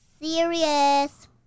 serious